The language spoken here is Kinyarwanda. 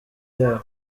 yabo